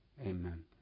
Amen